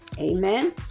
Amen